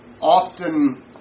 often